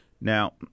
Now